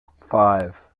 five